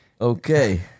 Okay